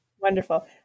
Wonderful